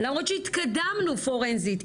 למרות שהתקדמנו פורנזית,